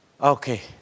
Okay